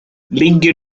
ligger